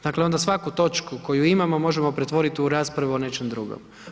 Dakle, onda svaku točku koju imamo, možemo pretvoriti u raspravu o nečem drugom.